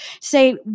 say